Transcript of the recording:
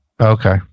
Okay